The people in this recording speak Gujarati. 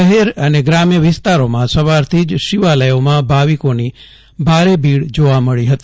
શહેર અને ગ્રામ્ય વિસ્તારોમાં સવારથીજ શિવાલયોમાં ભાવિકોની ભારે ભીડ જોવા મળી હતી